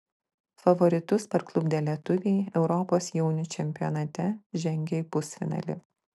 favoritus parklupdę lietuviai europos jaunių čempionate žengė į pusfinalį